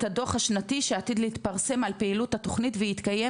הדוח השנתי שעתיד להתפרסם על פעילות התוכנית והתקיים